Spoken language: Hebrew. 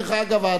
דרך אגב,